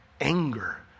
anger